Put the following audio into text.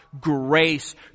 grace